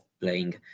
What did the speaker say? playing